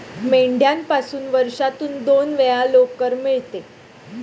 मेंढ्यापासून वर्षातून दोन वेळा लोकर मिळते